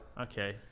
Okay